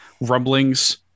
rumblings